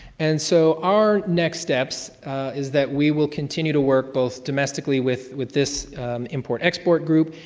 and so, our next steps is that we will continue to work both domestically with with this import export group,